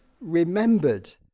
remembered